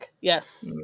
Yes